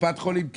בקופת החולים?